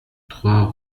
trois